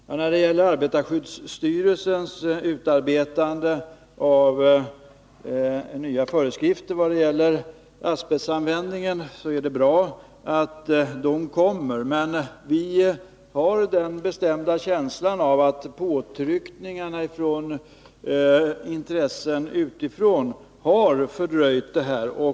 Det är bra att arbetarskyddsstyrelsen utarbetar nya föreskrifter för asbestanvändning, men vi har den bestämda känslan att påtryckningarna från intressen utifrån har fördröjt detta arbete.